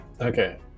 Okay